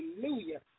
Hallelujah